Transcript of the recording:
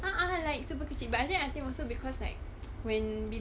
a'ah like serba kecil but I think I think also because like when bila dia tengah pregnant right